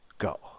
Go